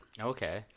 Okay